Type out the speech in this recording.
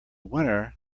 winner